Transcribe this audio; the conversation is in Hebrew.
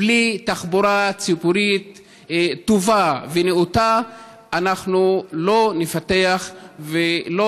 בלי תחבורה ציבורית טובה ונאותה אנחנו לא נפתח ולא